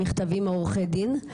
מכתבים מעורכי דין,